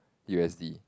u_s_d